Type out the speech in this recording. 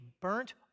burnt